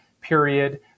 period